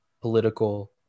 political